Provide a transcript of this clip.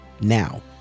Now